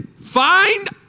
Find